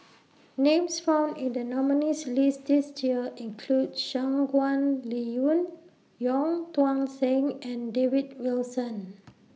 Names found in The nominees' list This Year include Shangguan Liuyun Wong Tuang Seng and David Wilson